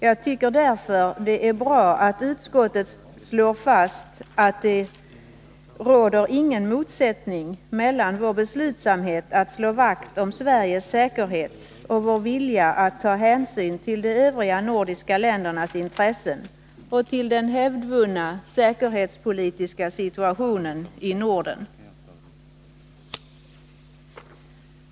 Jag tycker därför det är bra att utskottet slår fast, att det inte råder någon motsättning mellan vår beslutsamhet att slå vakt om Sveriges säkerhet och vår vilja att ta hänsyn till de övriga nordiska ländernas intressen och till den hävdvunna säkerhetspolitiska situationen i Norden.